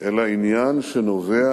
אלא עניין שנובע